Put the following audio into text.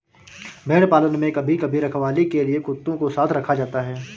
भेड़ पालन में कभी कभी रखवाली के लिए कुत्तों को साथ रखा जाता है